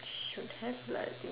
should have lah I think